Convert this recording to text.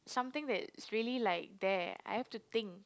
something that is really like there I have to think